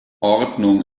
ordnung